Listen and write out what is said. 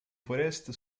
foresta